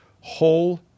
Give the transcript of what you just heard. whole